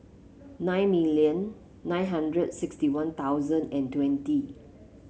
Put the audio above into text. nine million nine hundred sixty One Thousand and twenty